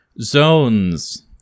Zones